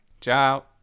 ciao